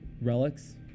relics